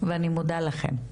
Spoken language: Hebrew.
ואני מודה לכן.